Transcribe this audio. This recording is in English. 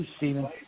Stephen